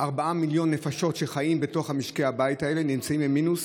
ארבעה מיליון נפשות שחיות בתוך משקי הבית האלה נמצאות במינוס.